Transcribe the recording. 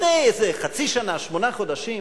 לפני איזה חצי שנה או שמונה חודשים